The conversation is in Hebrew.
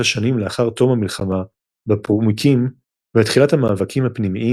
השנים לאחר תום המלחמה ב"פורמיקים" ותחילת המאבקים הפנימיים